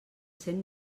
cent